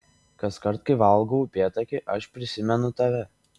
kaskart kai valgau upėtakį aš prisimenu tave